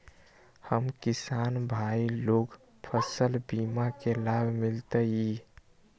हम किसान भाई लोग फसल बीमा के लाभ मिलतई?